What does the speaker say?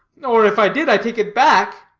or, if i did, i take it back.